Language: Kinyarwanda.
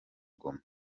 goma